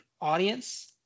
audience